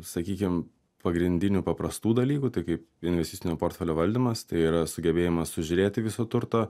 sakykim pagrindinių paprastų dalykų tai kaip investicinio portfelio valdymas tai yra sugebėjimas sužiūrėti viso turto